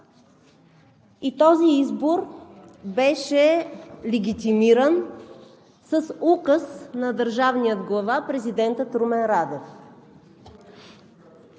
а този избор беше легитимиран с указ на държавния глава – президентът Румен Радев.